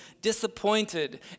disappointed